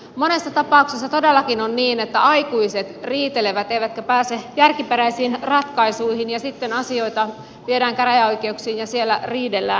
monessa tapauksessa todellakin on niin että aikuiset riitelevät eivätkä pääse järkiperäisiin ratkaisuihin ja sitten asioita viedään käräjäoikeuksiin ja siellä riidellään